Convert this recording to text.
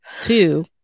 Two